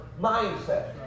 mindset